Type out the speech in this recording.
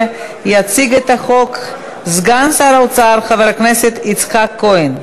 התשע"ו 2016. יציג את החוק סגן שר האוצר חבר הכנסת יצחק כהן.